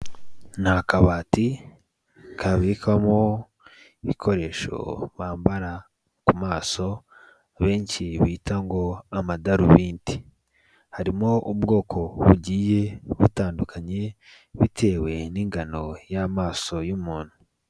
Ni akabati kabikwamo ibikoresho bambara ku maso, benshi bita ngo amadarubindi, harimo ubwoko bugiye butandukanye bitewe n'ingano y'amaso y'umuntu.